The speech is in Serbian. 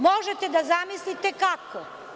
Možete da zamislite kako.